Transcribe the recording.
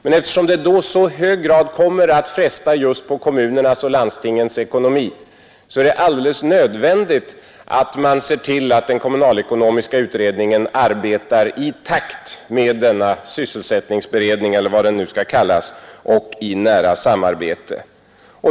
Men eftersom detta i så hög grad kommer att fresta på kommunernas och landstingens ekonomi, är det alldeles nödvändigt att man ser till att den kommunalekonomiska utredningen arbetar i takt med och i nära samverkan med sysselsättningsberedningen — eller vad den nya utredningen nu skall kallas.